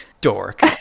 dork